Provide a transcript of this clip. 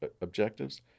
objectives